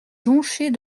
jonchée